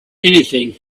anything